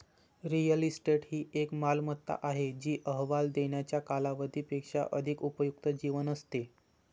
real estate ही एक मालमत्ता आहे जी अहवाल देण्याच्या कालावधी पेक्षा अधिक उपयुक्त जीवन असते